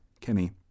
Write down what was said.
Kenny